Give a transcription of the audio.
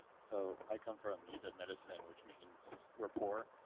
so i come from uw medicine, which means we're poor.